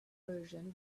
version